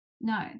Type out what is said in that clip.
No